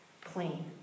clean